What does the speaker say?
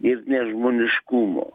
ir nežmoniškumo